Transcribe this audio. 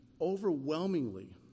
Overwhelmingly